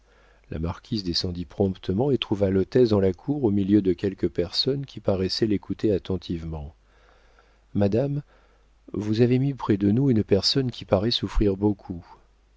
la marquise descendit promptement et trouva l'hôtesse dans la cour au milieu de quelques personnes qui paraissaient l'écouter attentivement madame vous avez mis près de nous une personne qui paraît souffrir beaucoup